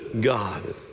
God